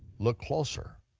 look closer,